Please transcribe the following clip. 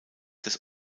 des